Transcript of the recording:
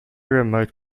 remote